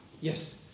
Yes